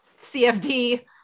CFD